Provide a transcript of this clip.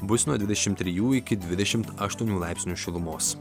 bus nuo dvidešim trijų iki dvidešim aštuonių laipsnių šilumos